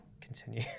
Continue